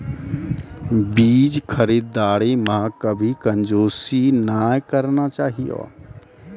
बीज खरीददारी मॅ कभी कंजूसी नाय करना चाहियो